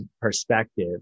perspective